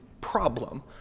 problem